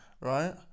Right